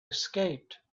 escaped